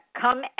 come